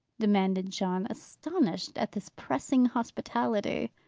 demanded john, astonished at this pressing hospitality.